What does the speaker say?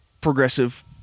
progressive